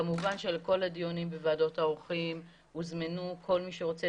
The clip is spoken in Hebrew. כמובן שלכל הדיונים בוועדות העורכים הוזמנו כל מי שרוצה,